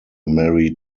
marry